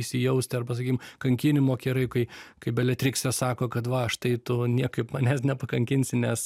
įsijausti arba sakykim kankinimo kerai kai kai beletriksė sako kad va štai tu niekaip manęs nepakankinsi nes